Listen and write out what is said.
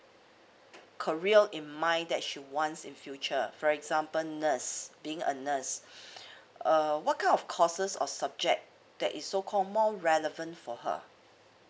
career in mind that she wants in future for example nurse being a nurse uh what kind of courses or subject that is so call more relevant for her